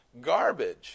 garbage